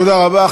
תודה רבה.